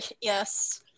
Yes